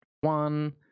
one